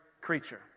creature